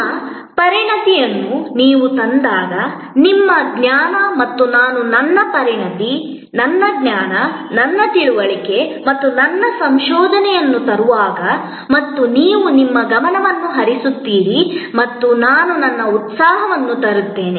ನಿಮ್ಮ ಪರಿಣತಿಯನ್ನು ನೀವು ತಂದಾಗ ನಿಮ್ಮ ಜ್ಞಾನ ಮತ್ತು ನಾನು ನನ್ನ ಪರಿಣತಿ ನನ್ನ ಜ್ಞಾನ ನನ್ನ ತಿಳುವಳಿಕೆ ಮತ್ತು ನನ್ನ ಸಂಶೋಧನೆಯನ್ನು ತರುವಾಗ ಮತ್ತು ನೀವು ನಿಮ್ಮ ಗಮನವನ್ನು ತರುತ್ತೀರಿ ಮತ್ತು ನಾನು ನನ್ನ ಉತ್ಸಾಹವನ್ನು ತರುತ್ತೇನೆ